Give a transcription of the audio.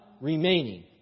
remaining